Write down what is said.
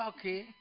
Okay